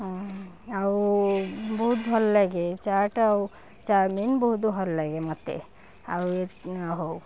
ହଁ ଆଉ ବହୁତ ଭଲ ଲାଗେ ଚାଟ ଆଉ ଚାଉମିନ ବହୁତ ଭଲ ଲାଗେ ମତେ ଆଉ ଏତି ହଉ